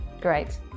Great